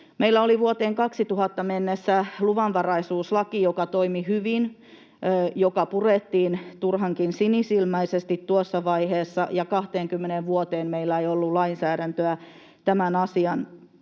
Meillä oli vuoteen 2000 saakka luvanvaraisuuslaki, joka toimi hyvin ja joka purettiin turhankin sinisilmäisesti tuossa vaiheessa, ja 20 vuoteen meillä ei ollut lainsäädäntöä tämän asian